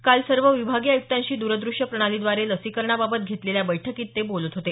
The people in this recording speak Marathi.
काल सर्व विभागीय आयुक्तांशी दुरद्रश्य प्रणालीद्वारे लसीकरणाबाबत घेतलेल्या बैठकीत ते बोलत होते